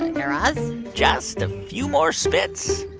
and guy raz just a few more spits.